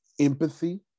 empathy